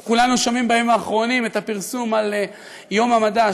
אנחנו כולנו שומעים בימים האחרונים את הפרסום על יום המדע,